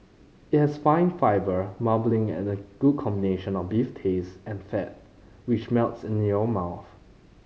it has fine fibre marbling and a good combination of beef taste and fat which melts in your mouth